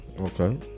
Okay